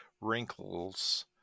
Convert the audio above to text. wrinkles